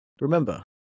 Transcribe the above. Remember